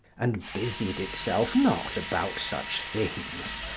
and busied itself not about such things,